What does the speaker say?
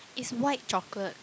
is white chocolate